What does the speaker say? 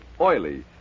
oily